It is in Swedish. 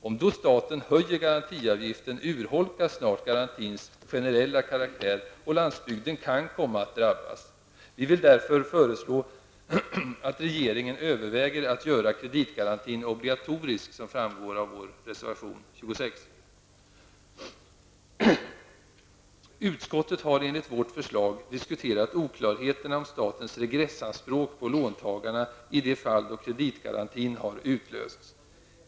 Om staten då höjer garantiavgiften urholkas snart garantins generella karaktär, och landsbygden kan komma att drabbas. Vi vill därför föreslå att regeringen överväger att göra kreditgarantin obligatorisk, som framgår av vår reservation 26. Utskottet har enligt vårt förslag diskuterat oklarheterna om statens regressanspråk på låntagarna i de fall då kreditgarantin har utlösts.